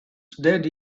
dead